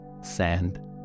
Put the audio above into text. sand